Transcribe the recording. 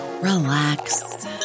relax